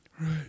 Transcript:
right